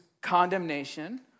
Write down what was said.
condemnation